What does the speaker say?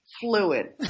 fluid